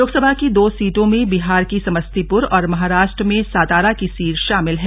लोकसभा की दो सीटों में बिहार की समस्तीपुर और महाराष्ट्र में सातारा की सीट शामिल है